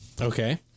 Okay